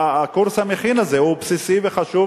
והקורס המכין הזה הוא בסיסי וחשוב